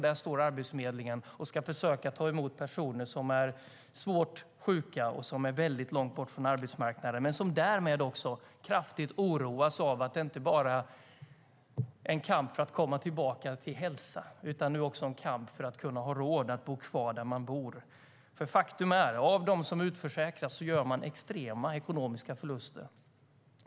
Där står Arbetsförmedlingen och ska försöka ta emot personer som är svårt sjuka och väldigt långt från arbetsmarknaden. Dessa personer oroas därmed kraftigt av att det inte bara är en kamp för att komma tillbaka till hälsa utan nu också en kamp för att ha råd att bo kvar där man bor. Faktum är nämligen att de som utförsäkras gör extrema ekonomiska förluster.